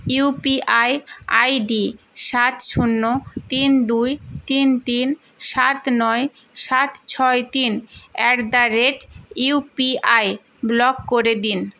you P I ID সাত শূন্য তিন দুই তিন তিন সাত নয় সাত ছয় তিন at the rate U P I block করে দিন